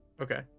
Okay